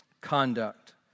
conduct